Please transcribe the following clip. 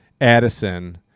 Addison